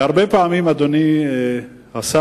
והרבה פעמים, אדוני השר,